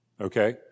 okay